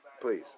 Please